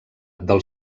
del